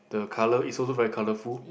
the colour it's also very colorful